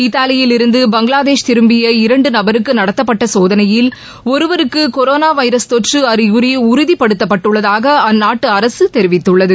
இத்தாலியில் இருந்து பங்ளாதேஷ் திரும்பிய இரண்டு நபருக்கு நடத்தப்பட்ட சோதனையில் கொரோனா வைரஸ் தொற்று அறிகுறி உறுதிபடுத்தப்பட்டுள்ளதாக அந்நாட்டு அரசு ஒருவருக்கு தெரிவித்துள்ளது